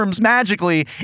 magically